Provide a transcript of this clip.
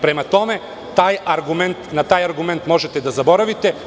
Prema tome, na taj argument možete da zaboravite.